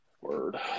Word